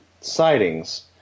sightings